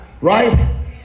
right